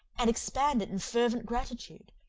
and expand it in fervent gratitude